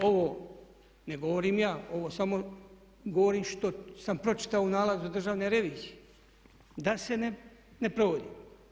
Ovo ne govorim ja, ovo samo govorim što sam pročitao u nalazu državne revizije da se ne provodi.